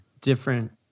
different